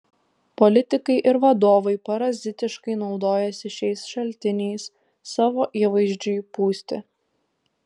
politikai ir vadovai parazitiškai naudojasi šiais šaltiniais savo įvaizdžiui pūsti